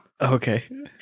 Okay